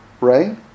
right